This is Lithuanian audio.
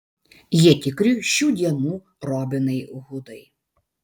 jie tikri šių dienų robinai hudai